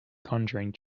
conjuring